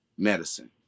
medicine